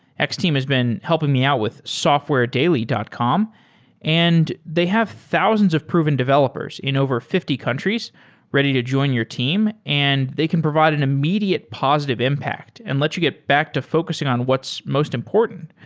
x-team has been helping me out with softwaredaily dot com and they have thousands of proven developers in over fifty countries ready to join your team and they can provide an immediate positive impact and lets you get back to focusing on what's most important,